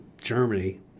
Germany